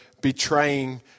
betraying